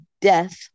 death